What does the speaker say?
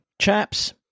Chaps